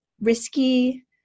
risky